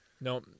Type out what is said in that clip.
no